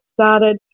started